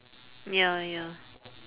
ya ya